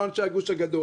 לא אנשי הגוש הגדול